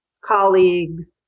colleagues